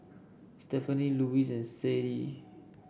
Stephenie Louise and Sade